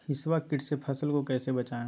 हिसबा किट से फसल को कैसे बचाए?